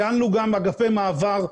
ניהלנו גם אגפי מעבר.